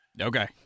Okay